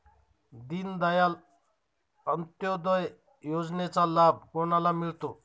दीनदयाल अंत्योदय योजनेचा लाभ कोणाला मिळतो?